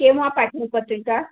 केव्हा पाठवू पत्रिका